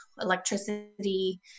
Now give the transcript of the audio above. electricity